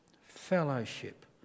fellowship